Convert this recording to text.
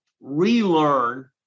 relearn